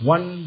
One